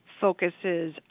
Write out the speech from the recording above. focuses